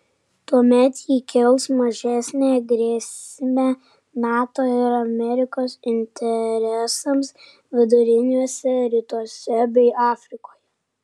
tuomet ji kels mažesnę grėsmę nato ir amerikos interesams viduriniuose rytuose bei afrikoje